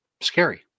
scary